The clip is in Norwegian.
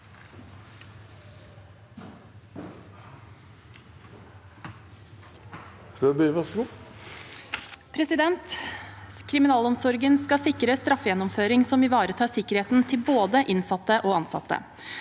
Kriminalomsor- gen skal sikre straffegjennomføring som ivaretar sikkerheten til både innsatte og ansatte.